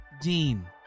Dean